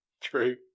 True